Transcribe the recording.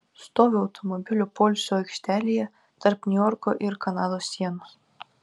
stoviu automobilių poilsio aikštelėje tarp niujorko ir kanados sienos